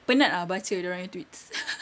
penat ah baca dorang nya tweets